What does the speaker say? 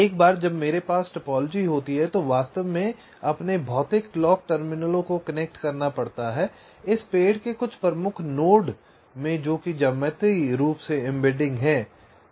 एक बार जब मेरे पास टोपोलॉजी होती है तो मुझे वास्तव में अपने भौतिक क्लॉक टर्मिनलों को कनेक्ट करना पड़ता है इस पेड़ के कुछ प्रमुख नोड में जो कि ज्यामितीय रूप से एम्बेडिंग है